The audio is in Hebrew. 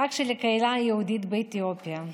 החג של הקהילה היהודית באתיופיה,